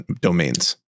domains